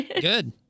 good